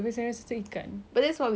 okay awak pilih daging saya pilih ikan